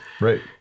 right